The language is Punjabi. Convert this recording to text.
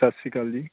ਸਤਿ ਸ਼੍ਰੀ ਅਕਾਲ ਜੀ